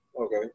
Okay